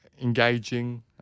engaging